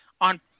on